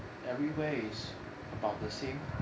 everywhere is about the same